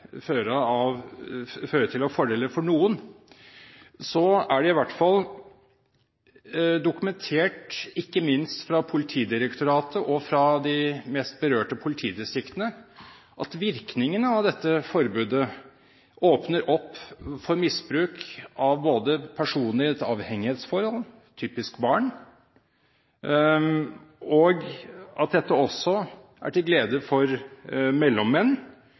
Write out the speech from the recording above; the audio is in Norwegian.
eventuelt skulle føre til av fordeler for noen, er det i hvert fall dokumentert, ikke minst fra Politidirektoratets og fra de mest berørte politidistriktenes side, at virkningen av dette forbudet er at det åpner opp for misbruk av personlige avhengighetsforhold – typisk barn – og at dette også er til glede for mellommenn.